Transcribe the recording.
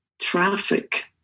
traffic